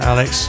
Alex